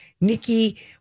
Nikki